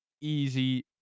easy